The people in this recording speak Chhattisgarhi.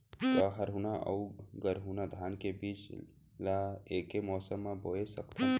का हरहुना अऊ गरहुना धान के बीज ला ऐके मौसम मा बोए सकथन?